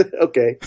okay